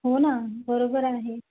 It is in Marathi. होना बरोबर आहे